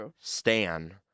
stan